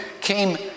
came